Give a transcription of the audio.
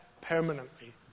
permanently